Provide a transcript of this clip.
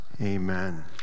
Amen